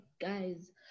guys